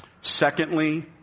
Secondly